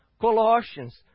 Colossians